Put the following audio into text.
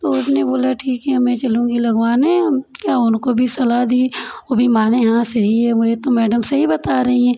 तो उसने बोला ठीक है मैं चलूँगी लगवाने हम क्या उनको भी सलाह दिए वो भी माने हाँ सही है ये तो मैडम सही बता रही हैं